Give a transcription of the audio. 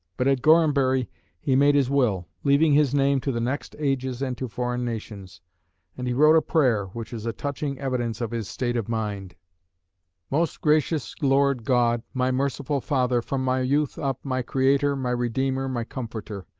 but at gorhambury he made his will, leaving his name to the next ages and to foreign nations and he wrote a prayer, which is a touching evidence of his state of mind most gracious lord god, my merciful father, from my youth up, my creator, my redeemer, my comforter.